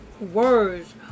words